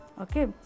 okay